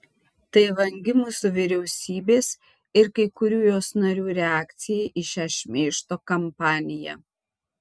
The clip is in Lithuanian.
tai vangi mūsų vyriausybės ir kai kurių jos narių reakcija į šią šmeižto kampaniją